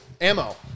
ammo